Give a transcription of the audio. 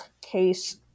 case